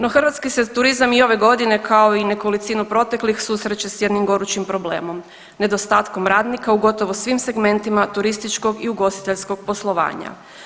No hrvatski se turizam i ove godine, kao i nekolicinu proteklih susreće s jednim gorućim problemom, nedostatkom radnika u gotovo svim segmentima turističkog i ugostiteljskog poslovanja.